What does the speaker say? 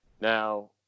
Now